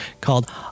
called